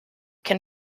can